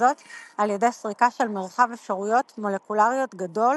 וזאת על ידי סריקה של מרחב אפשרויות מולקולריות גדול